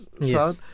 Yes